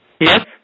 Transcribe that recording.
Yes